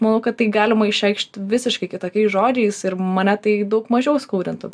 manau kad tai galima išreikšt visiškai kitokiais žodžiais ir mane tai daug mažiau skaudintų